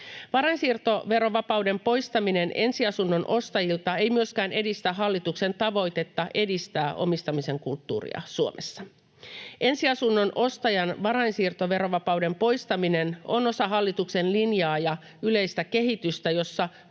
Varainsiirtoverovapauden poistaminen ensiasunnon ostajilta ei myöskään edistä hallituksen tavoitetta edistää omistamisen kulttuuria Suomessa. Ensiasunnon ostajan varainsiirtoverovapauden poistaminen on osa hallituksen linjaa ja yleistä kehitystä, jossa